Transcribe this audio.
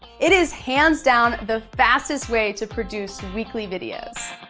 it is hands down the fastest way to produce weekly videos.